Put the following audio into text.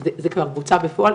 זה כבר בוצע בפועל?